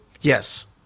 Yes